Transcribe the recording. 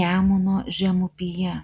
nemuno žemupyje